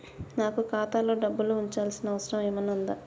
నాకు ఖాతాలో డబ్బులు ఉంచాల్సిన అవసరం ఏమన్నా ఉందా?